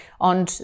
on